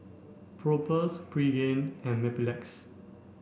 Propass Pregain and Mepilex